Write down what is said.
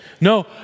No